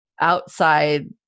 outside